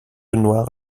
noir